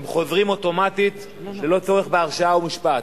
הם חוזרים אוטומטית בלא צורך בהרשעה ומשפט.